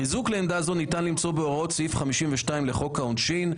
חיזוק לעמדה זו ניתן למצוא בהוראות סעיף 52 לחוק העונשין,